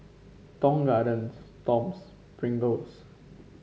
Tong Gardens Toms Pringles